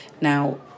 Now